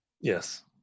yes